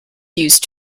used